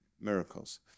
miracles